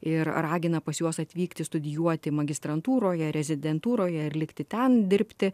ir ragina pas juos atvykti studijuoti magistrantūroje rezidentūroje ir likti ten dirbti